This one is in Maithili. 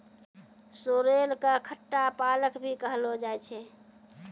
सोरेल कॅ खट्टा पालक भी कहलो जाय छै